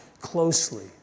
closely